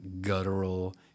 guttural